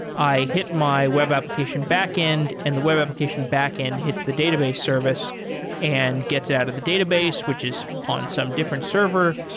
i hit my web application backend and the web application backend hits the database service and gets out of the database, which is on some different server.